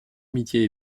amitié